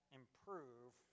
improve